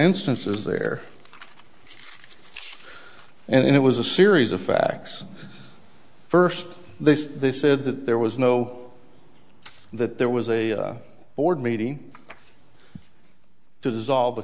instances there and it was a series of facts first this they said that there was no that there was a board meeting to dissolve